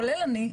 כולל אני,